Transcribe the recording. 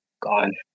gone